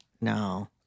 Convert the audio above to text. No